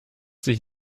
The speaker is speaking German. sich